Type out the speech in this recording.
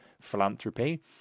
philanthropy